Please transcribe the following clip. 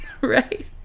Right